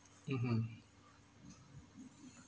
(uh huh)